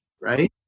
right